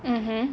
mm